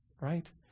right